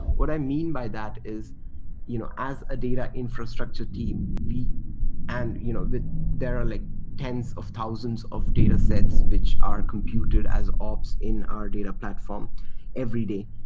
what i mean by that is you know as a data infrastructure team, and you know there are like tens of thousands of datasets which are computed as ops in our data platform every day.